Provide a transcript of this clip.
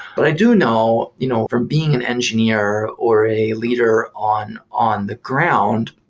but i do know you know from being an engineer or a leader on on the ground,